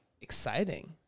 exciting